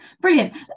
brilliant